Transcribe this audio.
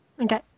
okay